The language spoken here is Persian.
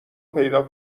پیدا